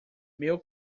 meu